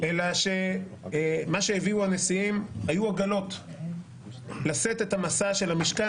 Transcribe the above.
מה שהביאו הנשיאים היה עגלות לשאת את משא המשכן.